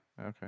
Okay